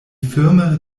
firme